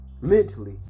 mentally